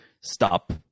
stop